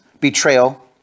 betrayal